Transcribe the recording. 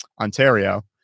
Ontario